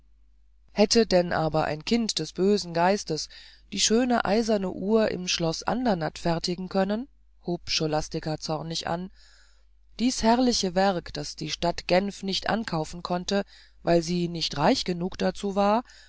hätte denn aber ein kind des bösen geistes die schöne eiserne uhr im schloß andernatt fertigen können hob scholastica zornig an dies herrliche werk das die stadt genf nicht ankaufen konnte weil sie nicht reich genug dazu war